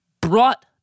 brought